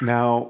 Now